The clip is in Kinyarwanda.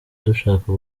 dushaka